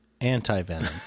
anti-venom